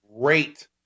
great